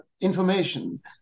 information